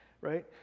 Right